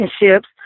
relationships